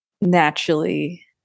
naturally